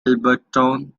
alberton